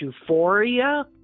Euphoria